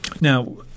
Now